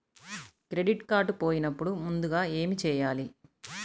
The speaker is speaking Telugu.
క్రెడిట్ కార్డ్ పోయినపుడు ముందుగా ఏమి చేయాలి?